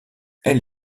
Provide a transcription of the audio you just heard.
elle